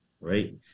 right